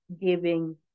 giving